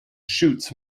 shoots